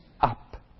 up